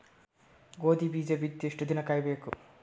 ಗೋಧಿ ಬೀಜ ಬಿತ್ತಿ ಎಷ್ಟು ದಿನ ಕಾಯಿಬೇಕು?